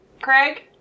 Craig